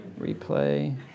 Replay